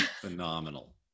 phenomenal